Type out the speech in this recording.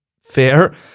Fair